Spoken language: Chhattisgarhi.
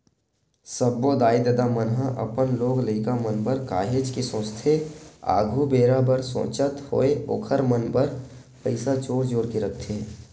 सब्बो दाई ददा मन ह अपन लोग लइका मन बर काहेच के सोचथे आघु बेरा बर सोचत होय ओखर मन बर पइसा जोर जोर के रखथे